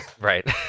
Right